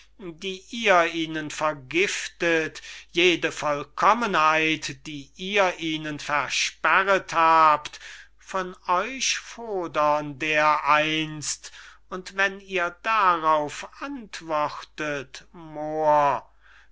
die ihr ihnen vergiftet jede vollkommenheit die ihr ihnen versperret habt von euch fordern dereinst und wenn ihr darauf antwortet